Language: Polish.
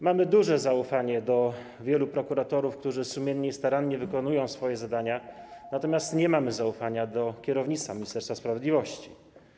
Mamy duże zaufanie do wielu prokuratorów, którzy sumiennie i starannie wykonują swoje zadania, natomiast nie mamy zaufania do kierownictwa Ministerstwa Sprawiedliwości.